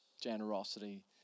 generosity